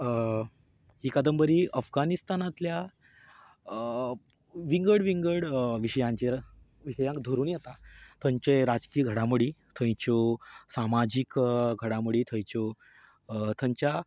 ही कादंबरी अफगानिस्तानांतल्या विंगड विंगड विशयांचेर विशयांक धरून येता थंयचे राजकीय घडामोडी थंयच्यो सामाजीक घडामोडी थंयच्यो थंयच्या